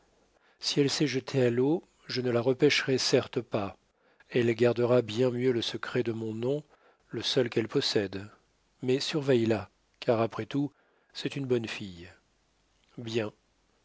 si elle s'est jetée à l'eau je ne la repêcherai certes pas elle gardera bien mieux le secret de mon nom le seul qu'elle possède mais surveille la car après tout c'est une bonne fille bien